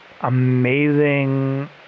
amazing